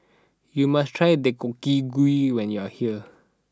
you must try Deodeok Gui when you are here